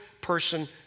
person